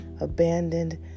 abandoned